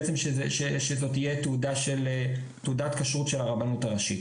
שזאת תהיה תעודת כשרות של הרבנות הראשית.